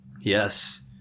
yes